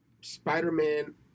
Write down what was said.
Spider-Man